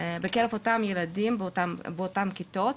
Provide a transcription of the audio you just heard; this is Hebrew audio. בקרב ילדים באותן הכיתות,